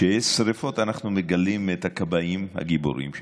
כשיש שרפות אנחנו מגלים את הכבאים הגיבורים שלנו,